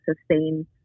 sustain